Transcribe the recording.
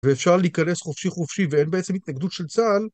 ואפשר להיכנס חופשי חופשי ואין בעצם התנגדות של צה״ל...